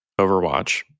Overwatch